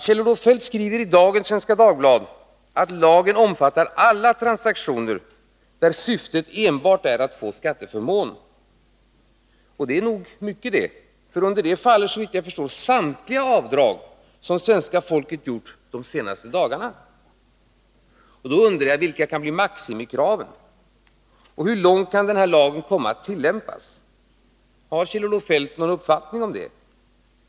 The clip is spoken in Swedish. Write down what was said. Kjell-Olof Feldt skriver i dagens Svenska Dagbladet att lagen omfattar alla transaktioner där syftet enbart är att få skatteförmåner. Det är nog mycket det, för under det faller såvitt jag förstår samtliga avdrag som svenska folket har gjort de senaste dagarna. Då undrar jag: Vilka kan maximikraven bli? Och hur kommer lagen att tillämpas? Har Kjell-Olof Feldt någon uppfattning om det?